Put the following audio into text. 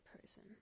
person